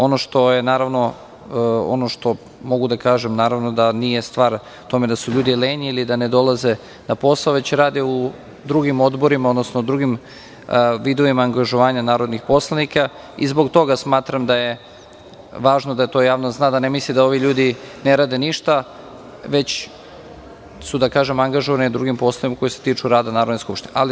Ono što mogu da kažem, naravno da nije stvar o tome da su ljudi lenji ili da ne dolaze na posao, već rade u drugim odborima, odnosno drugim vidovima angažovanja narodnih poslanika, i zbog toga smatram da je važno da to javnost zna, da ne misle da ovi ljudi ne rade ništa, već su da kažem angažovani na drugim poslovima koji se tiču rada Narodne skupštine.